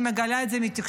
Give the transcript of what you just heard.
אני מגלה את זה מהתקשורת.